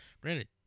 granted